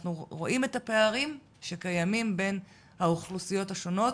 אנחנו רואים את הפערים שקיימים בין האוכלוסיות השונות,